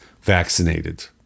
vaccinated